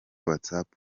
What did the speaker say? whatsapp